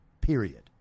period